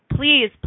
please